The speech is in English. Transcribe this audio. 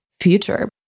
future